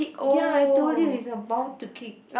ya I told you it's about to kick